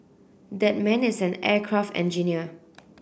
that man is an aircraft engineer